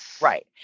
right